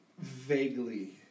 Vaguely